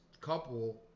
couple